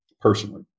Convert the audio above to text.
personally